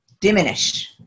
diminish